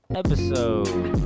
episode